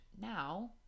now